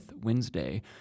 Wednesday